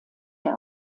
der